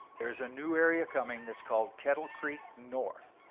there is a new area coming that's called kettle creek north,